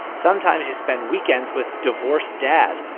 sometimes you spend weekends with divorced dad.